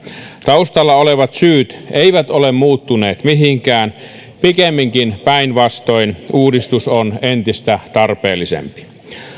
taustalla olevat syyt eivät ole muuttuneet mihinkään pikemminkin päinvastoin uudistus on entistä tarpeellisempi